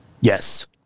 Yes